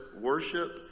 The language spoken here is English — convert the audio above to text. worship